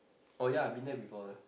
oh ya I've been there before eh